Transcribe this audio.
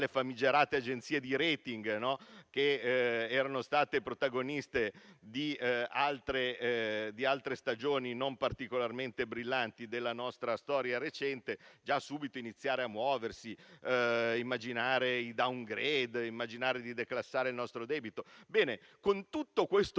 famigerate agenzie di *rating*, che erano state protagoniste di altre stagioni non particolarmente brillanti della nostra storia recente, già subito iniziare a muoversi, immaginare il *downgrade* e di declassare il nostro debito. Tutto questo